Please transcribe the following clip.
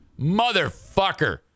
Motherfucker